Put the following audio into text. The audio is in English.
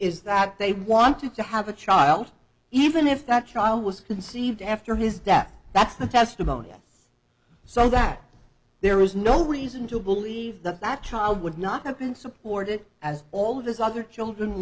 is that they wanted to have a child even if that child was conceived after his death that's the testimony yes so that there is no reason to believe that that child would not have been supported as all of this other children